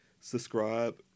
subscribe